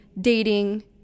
dating